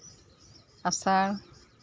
ᱟᱥᱟᱲ